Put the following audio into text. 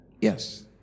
Yes